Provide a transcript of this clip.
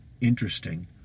interesting